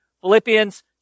Philippians